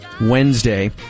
Wednesday